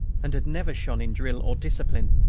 and had never shone in drill or discipline,